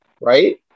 right